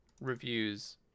reviews